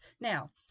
Now